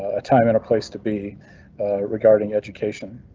a time in a place to be regarding education.